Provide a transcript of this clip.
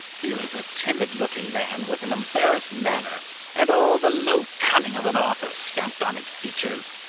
he was a timid-looking man with an embarrassed manner and all the low cunning of an author stamped on his features.